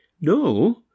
no